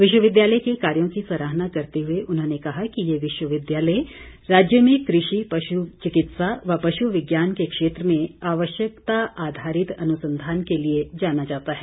विश्वविद्यालय के कार्यों की सराहना करते हुए उन्होंने कहा कि ये विश्वविद्यालय राज्य में कृषि पशु चिकित्सा व पशु विज्ञान के क्षेत्र में आवश्यकता आधारित अनुसंधान के लिए जाना जाता है